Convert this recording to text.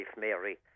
Mary